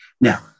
Now